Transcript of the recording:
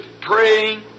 praying